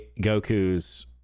Goku's